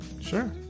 Sure